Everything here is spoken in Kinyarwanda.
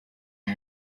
uyu